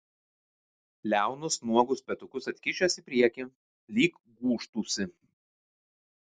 liaunus nuogus petukus atkišęs į priekį lyg gūžtųsi